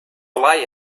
lie